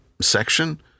section